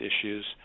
issues